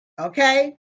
okay